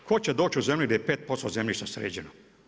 Tko će doći u zemlju gdje je 5% zemljišta sređeno?